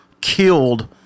killed